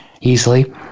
easily